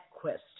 question